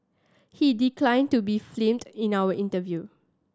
he declined to be filmed in our interview